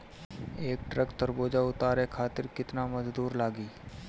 एक ट्रक तरबूजा उतारे खातीर कितना मजदुर लागी?